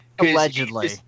Allegedly